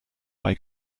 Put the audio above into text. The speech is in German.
bei